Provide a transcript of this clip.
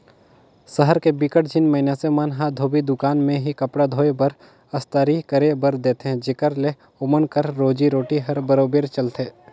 सहर के बिकट झिन मइनसे मन ह धोबी दुकान में ही कपड़ा धोए बर, अस्तरी करे बर देथे जेखर ले ओमन कर रोजी रोटी हर बरोबेर चलथे